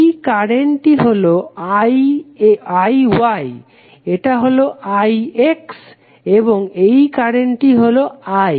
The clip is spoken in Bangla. এই কারেন্টটি হলো IY এটা হলো IX এবং এই কারেন্টটি হলো I